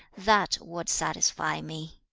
that would satisfy me.